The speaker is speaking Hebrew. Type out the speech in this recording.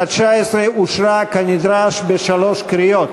התשע-עשרה אושרה כנדרש בשלוש קריאות.